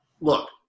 look